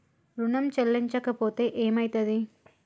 ఋణం చెల్లించకపోతే ఏమయితది?